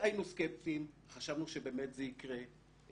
היינו סקפטיים, חשבנו שבאמת זה יקרה.